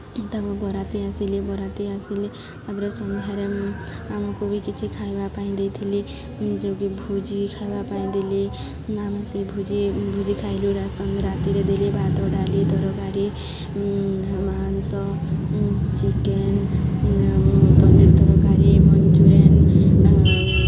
ତାକୁ ବରାତି ଆସିଲେ ବରାତି ଆସିଲେ ତା'ପରେ ସନ୍ଧ୍ୟାରେ ଆମକୁ ବି କିଛି ଖାଇବା ପାଇଁ ଦେଇଥିଲି ଯେଉଁ କିି ଭୋଜି ଖାଇବା ପାଇଁ ଦେଲି ଆମେ ସେଇ ଭୋଜି ଭୋଜି ଖାଇଲୁ ରାତିରେ ଦେଲି ଭାତ ଡାଲି ତରକାରୀ ମାଂସ ଚିକେନ୍ ପନିର୍ ତରକାରୀ ମଞ୍ଚୁରିଆନ୍